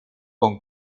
con